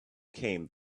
came